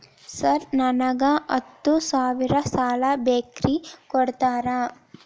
Sir ನನಗ ಹತ್ತು ಸಾವಿರ ಸಾಲ ಬೇಕ್ರಿ ಕೊಡುತ್ತೇರಾ?